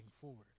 forward